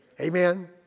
Amen